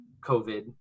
COVID